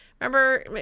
remember